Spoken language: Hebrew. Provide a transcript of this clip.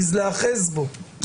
זיז להיאחז בו.